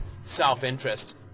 self-interest